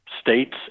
states